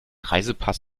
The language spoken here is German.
reisepass